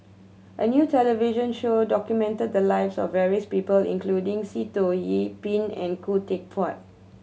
a new television show documented the lives of various people including Sitoh Yih Pin and Khoo Teck Puat